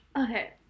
Okay